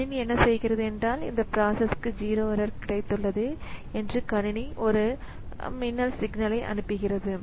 கணினி என்ன செய்கிறது என்றால் இந்த பிராசஸ்க்கு 0 எரர் கிடைத்துள்ளது என்று கணினி ஒரு சிக்னல் அனுப்புகிறது